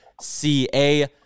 ca